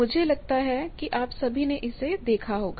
मुझे लगता है कि आप सभी ने इसे देखा होगा